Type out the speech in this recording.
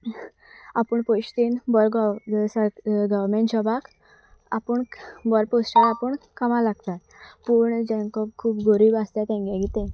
आपूण पयश दीन गवमेंट जॉबाक आपूण बर पोस्टार आपूण कामा लागता पूण जेंक खूब गरीब आसता तेंगे कितें